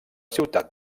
ciutat